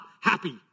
happy